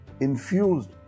infused